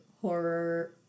horror